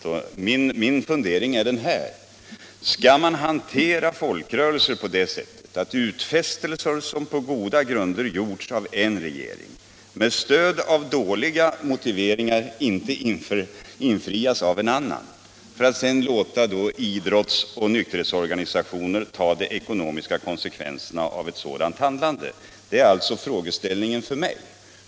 Min fråga är denna: Skall man hantera folkrörelser på det sättet att utfästelser, som på goda grunder gjorts av en regering, med stöd av dåliga motiveringar inte infrias av en annan, som sedan låter idrottsoch nykterhetsorganisationerna ta de ekonomiska konsekvenserna av sitt handlande? Det är alltså frågeställningen för mig.